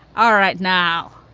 all right now.